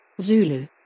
Zulu